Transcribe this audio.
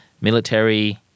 military